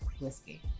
whiskey